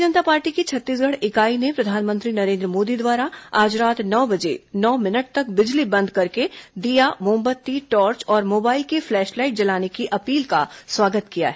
भारतीय जनता पार्टी की छत्तीसगढ़ इकाई ने प्रधानमंत्री नरेन्द्र मोदी द्वारा आज रात नौ बजे नौ मिनट तक बिजली बंद कर दीया मोमबत्ती टॉर्च और मोबाइल की फ्लैश लाइट जलाने की अपील का स्वागत किया है